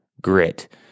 grit